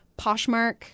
Poshmark